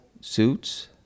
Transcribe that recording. suits